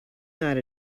not